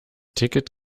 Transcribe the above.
ticket